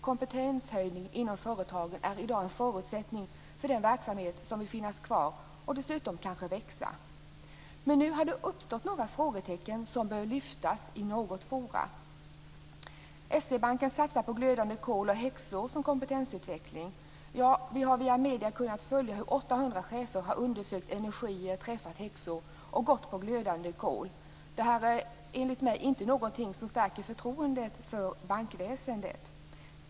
Kompetenshöjning inom företagen är i dag en förutsättning för den verksamhet som vill finnas kvar och dessutom kanske växa. Men nu har det uppstått några frågetecken som bör lyftas fram i något forum. S-E-Banken satsar på glödande kol och häxor som kompetensutveckling. Vi har via medier kunnat följa hur 800 chefer har undersökt energier, träffat häxor och gått på glödande kol. Detta är enligt mig inte något som stärker förtroendet för bankväsendet.